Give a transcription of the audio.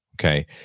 Okay